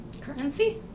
Currency